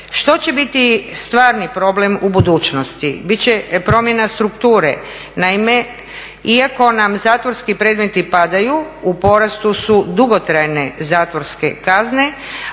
Što će biti stvarni problem u budućnosti? Bit će promjena strukture. Naime, iako nam zatvorski predmeti padaju u porastu su dugotrajne zatvorske kazne,